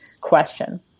question